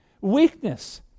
weakness